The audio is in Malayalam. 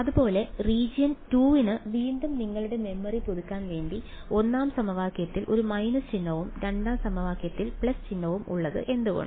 അതുപോലെ റീജിയൻ 2 ന് വീണ്ടും നിങ്ങളുടെ മെമ്മറി പുതുക്കാൻ വേണ്ടി ഒന്നാം സമവാക്യത്തിൽ ഒരു മൈനസ് ചിഹ്നവും രണ്ടാം സമവാക്യത്തിൽ പ്ലസ് ചിഹ്നവും ഉള്ളത് എന്തുകൊണ്ട്